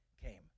came